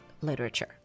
literature